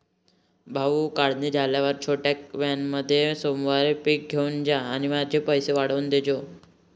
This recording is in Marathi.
भाऊ, काढणी झाल्यावर छोट्या व्हॅनमध्ये सोमवारी पीक घेऊन जा